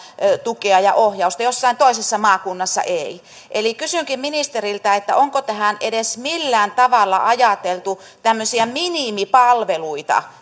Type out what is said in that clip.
tukea ja ohjausta ja jossain toisessa maakunnassa ei eli kysynkin ministeriltä onko tähän edes millään tavalla ajateltu tämmöisiä minimipalveluita